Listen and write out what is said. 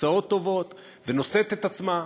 ותוצאות טובות ונושאת את עצמה,